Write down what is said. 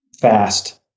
fast